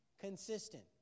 Consistent